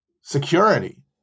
security